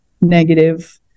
negative